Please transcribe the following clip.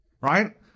right